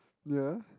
yeah